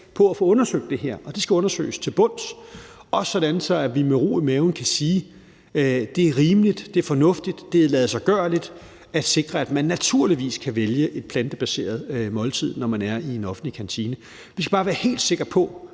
på at få det her undersøgt, og det skal undersøges til bunds, også sådan, at vi med ro i maven kan sige: Det er rimeligt, det er fornuftigt, det er ladsiggørligt at sikre, at man naturligvis kan vælge et plantebaseret måltid, når man er i en offentlig kantine. Vi skal bare være helt sikker på,